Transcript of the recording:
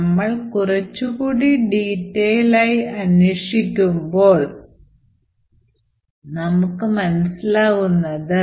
നമ്മൾ കുറച്ചുകൂടി detail ആയി അന്വേഷിക്കുമ്പോൾ എന്താണ് സംഭവിക്കുന്നതെന്ന് നമുക്ക് മനസ്സിലാക്കാൻ കഴിയും